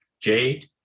jade